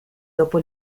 dopo